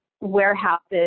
warehouses